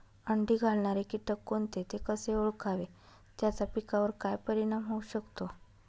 अंडी घालणारे किटक कोणते, ते कसे ओळखावे त्याचा पिकावर काय परिणाम होऊ शकतो?